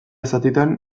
zatitan